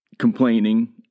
complaining